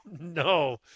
No